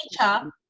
nature